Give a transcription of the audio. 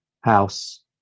house